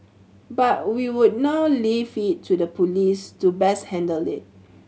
but we would now leave it to the police to best handle it